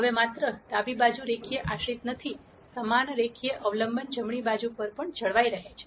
હવે માત્ર ડાબી બાજુ રેખીય આશ્રિત નથી સમાન રેખીય અવલંબન જમણી બાજુ પર પણ જળવાઈ રહે છે